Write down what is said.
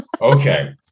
Okay